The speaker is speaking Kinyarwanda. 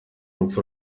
rupfu